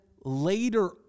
later